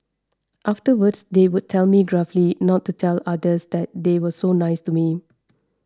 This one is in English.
afterwards they would tell me gruffly not to tell others that they were so nice to me